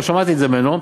לא שמעתי את זה ממנו,